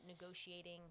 negotiating